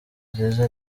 nziza